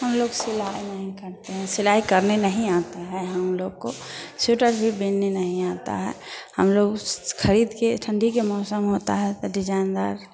हम लोग सिलाई नहीं करते हैं सिलाई करने नहीं आता है हम लोग को स्वीटर भी बिनने नहीं आता है हम लोग ख़रीदकर ठंडी के मौसम होता है तो डिजाइन दार